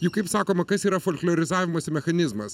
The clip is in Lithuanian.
juk kaip sakoma kas yra folkliorizavimosi mechanizmas